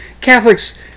Catholics